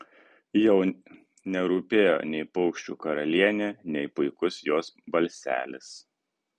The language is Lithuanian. jau nerūpėjo nei paukščių karalienė nei puikus jos balselis